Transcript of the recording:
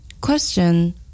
Question